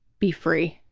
be free.